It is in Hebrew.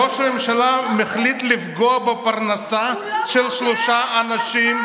ראש הממשלה החליט לפגוע בפרנסה של שלושה אנשים.